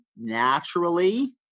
naturally